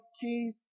Keith